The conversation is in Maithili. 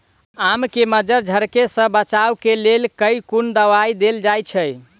आम केँ मंजर झरके सऽ बचाब केँ लेल केँ कुन दवाई देल जाएँ छैय?